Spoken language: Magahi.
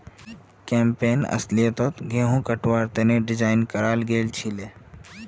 कैम्पैन अस्लियतत गहुम कटवार तने डिज़ाइन कराल गएल छीले